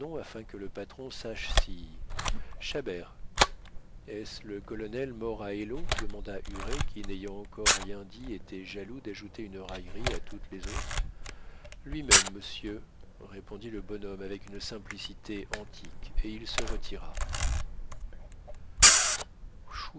afin que le patron sache si chabert est-ce le colonel mort à eylau demanda huré qui n'ayant encore rien dit était jaloux d'ajouter une raillerie à toutes les autres lui-même monsieur répondit le bonhomme avec une simplicité antique et il se retira